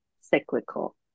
cyclical